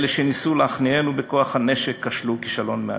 אלה שניסו להכניענו בכוח הנשק כשלו כישלון מהדהד.